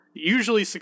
usually